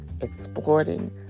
exploiting